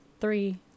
Three